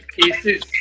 cases